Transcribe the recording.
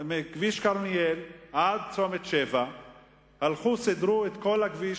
מכביש כרמיאל עד צומת שבע סידרו את כל הכביש,